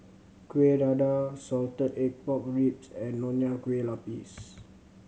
Kuih Dadar salted egg pork ribs and Nonya Kueh Lapis